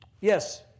Yes